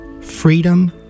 Freedom